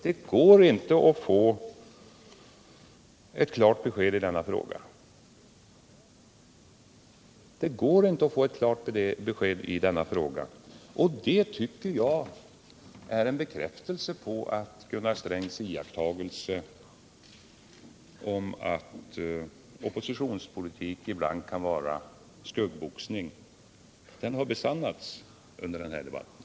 Det har varit omöjligt att få ett klart besked i den frågan. Och det tycker jag är en bekräftelse på att Gunnar Strängs iakttagelse att oppositionspolitik ibland kan vara skuggboxning har besannats under den här debatten.